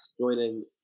joining